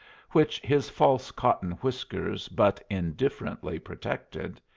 which his false cotton whiskers but indifferently protected,